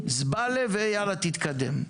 זבלה ויאללה תתקדם.